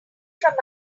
from